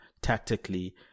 tactically